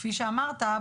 כפי שאמרת,